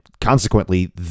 consequently